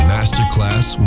Masterclass